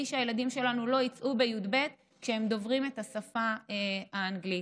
שהילדים שלנו יצאו בי"ב כשהם דוברים את השפה האנגלית,